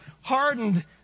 hardened